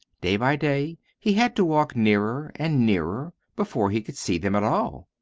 day by day he had to walk nearer and nearer before he could see them at all.